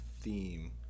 theme